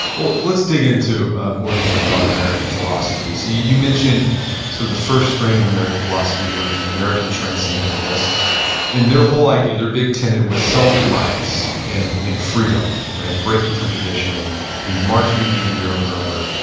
well, let's dig into more details about american philosophy. so you mentioned sort of the first strain of american philosophy where the american transcendentalists and their whole idea, their big tenent was self-reliance and and freedom, and breaking from tradition and and marching to the beat of your own drummer.